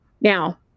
Now